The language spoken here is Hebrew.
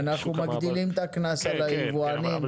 --- אנחנו מגדילים את הקנס על היבואנים.